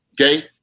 Okay